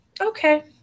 Okay